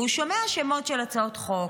והוא שומע שמות של הצעות חוק,